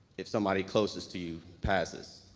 if somebody closest to you passes.